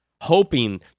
hoping